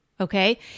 Okay